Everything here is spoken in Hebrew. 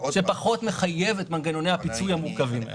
שפחות מחייב את מנגנוני הפיצוי המורכבים.